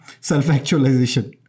self-actualization